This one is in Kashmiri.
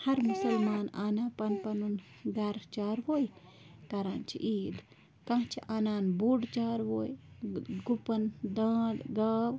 ہر مسلمان اَنان پن پنُن گَرٕ چارٕووے کَران چھِ عیٖد کانٛہہ چھِ آنان بوٚڑ چارٕووے گُپَن دانٛد گاو